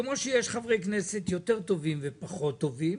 כמו שיש חברי כנסת יותר טובים ופחות טובים,